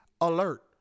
alert